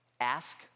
ask